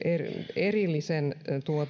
erityisen